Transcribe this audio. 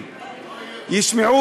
אתה צריך לעשות את המקסימום,